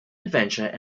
adventure